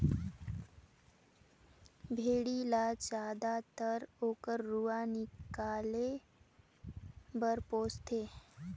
भेड़ी ल जायदतर ओकर रूआ निकाले बर पोस थें